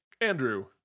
Andrew